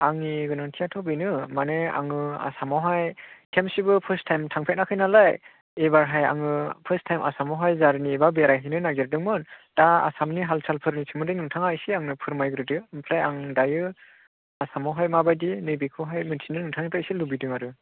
आंनि गोनांथियाथ' बेनो माने आङो आसामावहाय खेबसेबो फोर्स्ट टाइम थांफेराखै नालाय एबारहाय आङो फोर्स्ट टाइम आसामावहाय जार्नि एबा बेरायहैनो नागिरदोंमोन दा आसामनि हाल सालफोरनि सोमोन्दै नोंथाङा एसे आंनो फोरमायग्रोदो ओमफ्राय आं दायो आसामावहाय माबायदि नैबेखौहाय मिन्थिनो नोंथांनिफ्राय इसे लुबैदों आरो